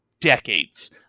decades